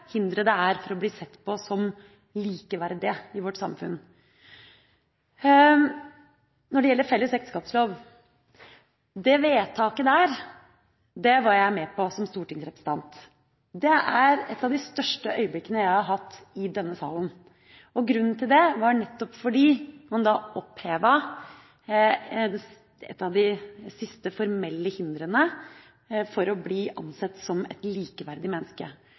hindre det er for å bli sett på som likeverdig i vårt samfunn. Når det gjelder felles ekteskapslov, er det et vedtak jeg var med på som stortingsrepresentant. Det er et av de største øyeblikkene jeg har hatt i denne salen, og grunnen til det er nettopp at man da opphevet et av de siste formelle hindrene for å bli ansett som et likeverdig menneske.